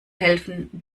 helfen